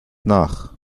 nach